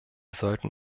sollten